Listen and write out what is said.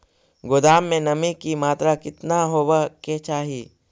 गोदाम मे नमी की मात्रा कितना होबे के चाही?